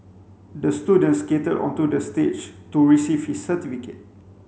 the student skated onto the stage to receive his certificate